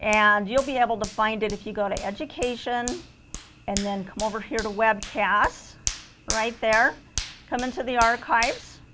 and you'll be able to find it if you go to education and then come over here to webcast right there come into the archives